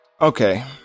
Okay